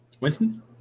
Winston